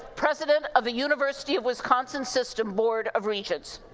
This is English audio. president of the university of wisconsin system board of regents.